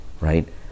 Right